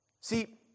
See